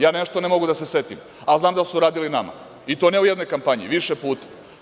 Ja nešto ne mogu da se setim, a znam da su radili nama, i to ne u jednoj kampanji, već više puta.